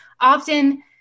often